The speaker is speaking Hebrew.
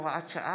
הילה שי וזאן,